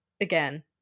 again